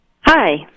Hi